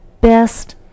best